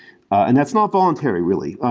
and that's not voluntary, really.